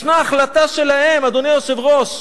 ישנה החלטה שלהם, אדוני היושב-ראש,